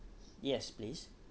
yes please